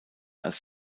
als